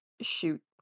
shoot